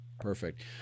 Perfect